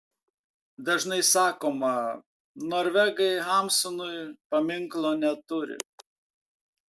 dažnai sakoma norvegai hamsunui paminklo neturi